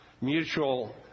mutual